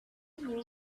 knew